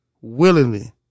Willingly